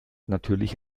natürlich